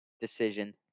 decision